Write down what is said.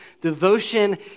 devotion